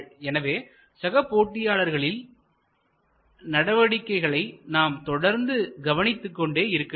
எனவே சக போட்டியாளர்களில் நடவடிக்கைகளை நாம் தொடர்ந்து கவனித்துக்கொண்டே இருக்கவேண்டும்